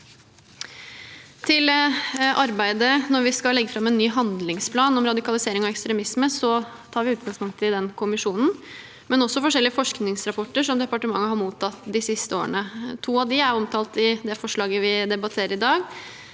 Til arbeidet med når vi skal legge fram en ny handlingsplan om radikalisering og ekstremisme, tar vi utgangspunkt i den kommisjonen, men også forskjellige forskningsrapporter som departementet har mottatt de siste årene. To av dem er omtalt i det forslaget vi debatterer i dag: